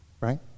Right